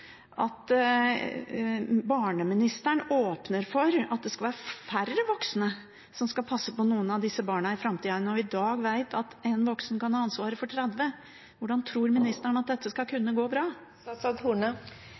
at barneministeren åpner for at det skal være færre voksne som skal passe på noen av disse barna i framtida. Når vi vet at i dag kan én voksen ha ansvaret for 30 – hvordan tror ministeren at dette skal kunne gå bra?